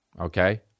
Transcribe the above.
Okay